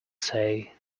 say